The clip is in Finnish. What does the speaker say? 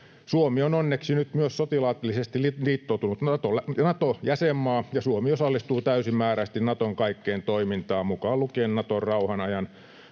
Suomi on onneksi nyt myös sotilaallisesti liittoutunut Nato-jäsenmaa, ja Suomi osallistuu täysimääräisesti Naton kaikkeen toimintaan, mukaan lukien Naton rauhanajan